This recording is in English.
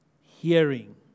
hearing